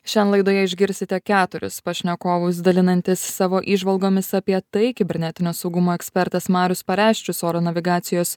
šiandien laidoje išgirsite keturis pašnekovus dalinantis savo įžvalgomis apie tai kibernetinio saugumo ekspertas marius pareščius oro navigacijos